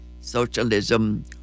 socialism